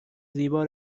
زیبا